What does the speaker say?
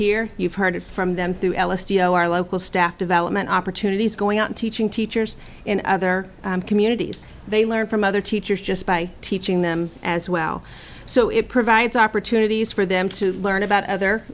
here you've heard from them through our local staff development opportunities going out teaching teachers in other communities they learn from other teachers just by teaching them as well so it provides opportunities for them to learn about other